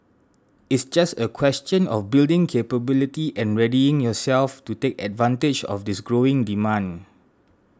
it's just a question of building capability and readying yourselves to take advantage of this growing demand